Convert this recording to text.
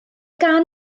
gan